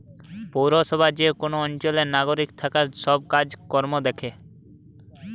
পৌরসভা যে কোন অঞ্চলের নাগরিকদের থাকার সব কাজ কর্ম দ্যাখে